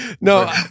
no